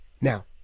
Now